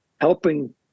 helping